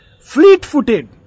Fleet-footed